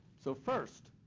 so first,